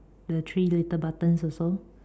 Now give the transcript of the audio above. the three little buttons also